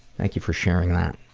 thank you for sharing that.